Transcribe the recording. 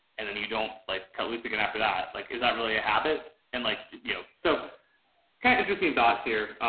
and then and you don't like cut loose again after that, like, is that really a habit? and like, you know, so kinda interesting thoughts here.